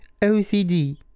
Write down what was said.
OCD